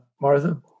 Martha